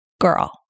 girl